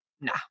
nah